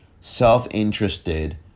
self-interested